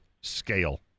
scale